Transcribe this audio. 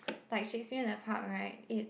like she sit in the park right it